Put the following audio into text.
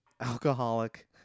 alcoholic-